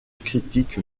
critique